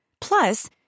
Plus